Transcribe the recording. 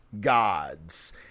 gods